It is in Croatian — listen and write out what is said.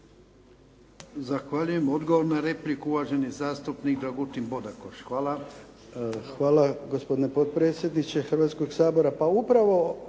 Zahvaljujem. Odgovor na repliku uvaženi zastupnik Dragutin Bodakoš. Hvala. **Bodakoš, Dragutin (SDP)** Hvala. Gospodine potpredsjedniče Hrvatskoga sabora.